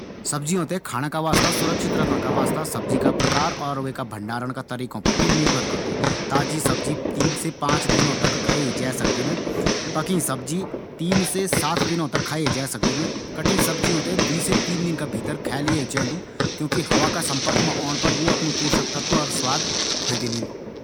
टमाटर आधारित सॉस खुलण का बाद रेफ्रीजरेटर मा पांच से छ दिन तक ताज़ा रंदु। अगर यिमा डेरी या मांश जना जल्दी खराब होंण वाळा पदार्थ पड़ियाँ छन त यी थें तीन या चार दिन मा ही इस्तेमाल कर देंण चैन्दु।